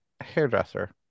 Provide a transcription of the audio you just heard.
Hairdresser